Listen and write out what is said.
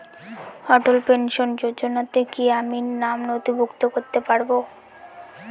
অটল pension যোজনাতে কি আমি নাম নথিভুক্ত করতে পারবো?